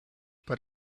but